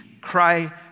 cry